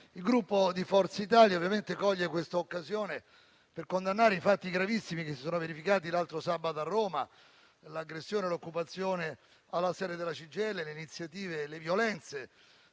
il Gruppo Forza Italia ovviamente coglie questa occasione per condannare i fatti gravissimi che si sono verificati sabato 9 ottobre a Roma, l'aggressione e l'occupazione alla sede della CGIL, le iniziative e le violenze